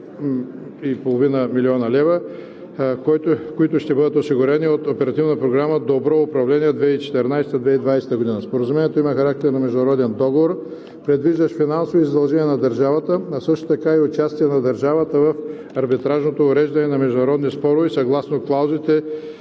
2,5 млн. лв., които ще бъдат осигурени от Оперативна програма „Добро управление“ 2014 – 2020 г. Споразумението има характер на международен договор, предвиждащ финансови задължения за държавата, а също така и участие на държавата в арбитражното уреждане на международни спорове съгласно клаузите